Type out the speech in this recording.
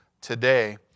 today